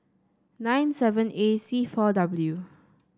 nine seven A C four W